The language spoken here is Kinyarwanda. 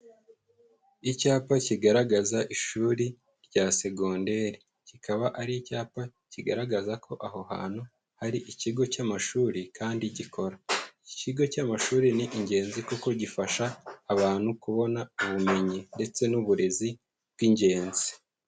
Icyapa kigaragaza ishuri rya segonderi. Kikaba ari icyapa kigaragaza ko aho hantu hari ikigo cy'amashuri kandi gikora. Ikigo cy'amashuri ni ingenzi kuko gifasha abantu kubona ubumenyi ndetse n'uburezi bw'ingenzi.